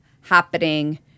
happening